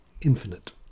infinite